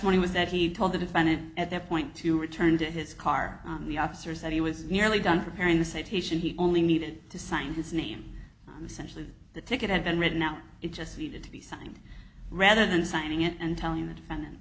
testimony was that he told the defendant at that point to return to his car the officers that he was nearly done preparing the citation he only needed to sign his name on the center of the ticket had been written out it just needed to be signed rather than signing it and telling the defendant